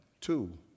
Two